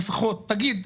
תגיד,